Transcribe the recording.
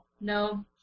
No